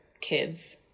kids